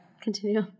Continue